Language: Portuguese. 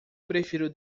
prefiro